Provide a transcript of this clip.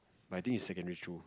but I think it's secondary true